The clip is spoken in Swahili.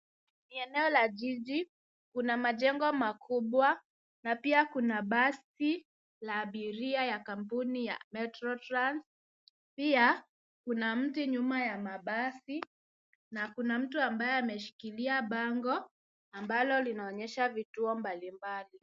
Ni eneo la jiji. Kuna majengo makubwa na pia kuna basi la abiria la kampuni ya metro trans. Pia kuna mtu nyuma ya mabasi na kuna mtu ambaye ameshikilia bango ambalo linaonyesha vituo mbalimbali.